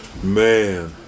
Man